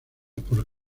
por